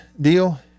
deal